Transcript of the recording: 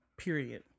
period